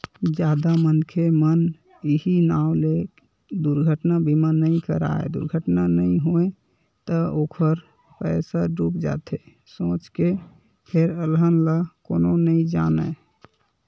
जादा मनखे मन इहीं नांव ले दुरघटना बीमा नइ कराय दुरघटना नइ होय त ओखर पइसा डूब जाथे सोच के फेर अलहन ल कोनो नइ जानय